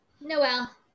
Noel